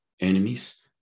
enemies